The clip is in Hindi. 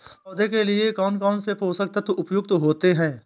पौधे के लिए कौन कौन से पोषक तत्व उपयुक्त होते हैं?